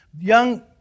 young